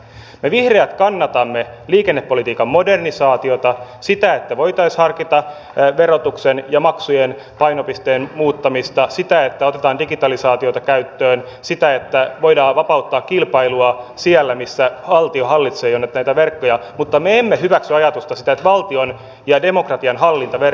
me vihreät kannatamme liikennepolitiikan modernisaatiota sitä että voitaisiin harkita verotuksen ja maksujen painopisteen muuttamista sitä että otetaan digitalisaatiota käyttöön sitä että voidaan vapauttaa kilpailua siellä missä valtio hallitsee jo näitä verkkoja mutta me emme hyväksy ajatusta siitä että valtion ja demokratian hallinta verkoista heikkenisi